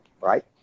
Right